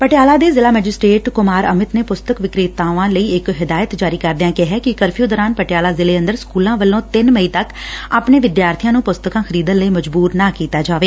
ਪਟਿਆਲਾ ਦੇ ਜ਼ਿਲਾ ਮੈਜਿਸਟਰੇਟ ਕੁਮਾਰ ਅਮਿਤ ਨੇ ਪੁਸਤਕ ਵਿਕਰੇਤਾਵਾਂ ਲਈ ਇਕ ਹਿਦਾਇਤ ਜਾਰੀ ਕਰਦਿਆਂ ਕਿਹੈ ਕਿ ਕਰਫਿਉ ਦੌਰਾਨ ਪੱਟਿਆਲਾ ਜ਼ਿਲੇ ਅੰਦਰ ਸਕੁਲਾਂ ਵੱਲੋਂ ਤਿੰਨ ਮਈ ਤੱਕ ਆਪਣੇ ਵਿਦਿਆਰਬੀਆਂ ਨੂੰ ਪੁਸਤਕਾਂ ਖਰੀਦਣ ਲਈ ਮਜ਼ਬੂਰ ਨਾ ਕੀਤਾ ਜਾਵੇ